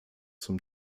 zum